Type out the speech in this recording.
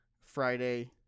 Friday